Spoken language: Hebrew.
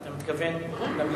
אתה מסתפק במליאה.